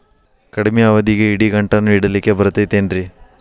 ಕಡಮಿ ಅವಧಿಗೆ ಇಡಿಗಂಟನ್ನು ಇಡಲಿಕ್ಕೆ ಬರತೈತೇನ್ರೇ?